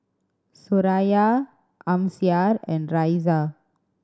Suraya Amsyar and Raisya